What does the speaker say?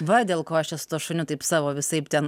va dėl ko aš čia su tuo šuniu taip savo visaip ten